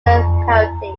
county